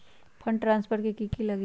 Fund transfer कि की लगी?